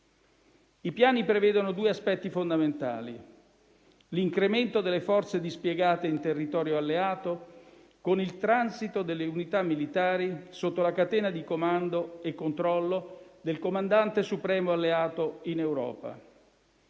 I piani prevedono due aspetti fondamentali: l'incremento delle forze dispiegate in territorio alleato, con il transito delle unità militari sotto la catena di comando e controllo del Comandante supremo alleato in Europa,